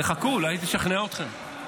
תחכו, אולי זה ישכנע אתכם.